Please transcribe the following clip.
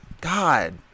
God